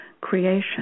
creation